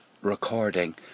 recording